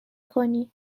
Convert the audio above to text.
کنی